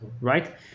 right